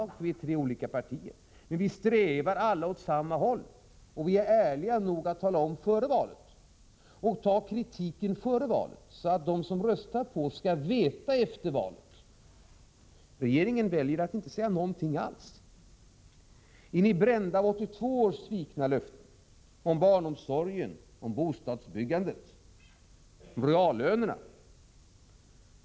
Det är givet, eftersom det är tre partier, men vi strävar alla åt samma håll. Och vi är ärliga nog att före valet tala om våra förslag och ta emot kritik för dem, så att de som röstar på oss skall veta vilken politik som vi kommer att driva efter valet. Regeringen väljer att inte säga någonting alls. Är ni brända av 1982 års svikna löften om barnomsorgen, bostadsbyggandet och reallönerna?